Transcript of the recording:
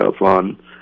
on